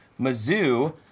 Mizzou